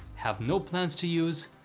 have no plans to use,